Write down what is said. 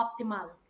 optimal